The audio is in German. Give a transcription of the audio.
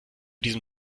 diesem